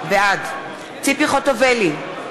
בעד ציפי חוטובלי,